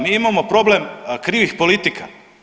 Mi imamo problem krivih politika.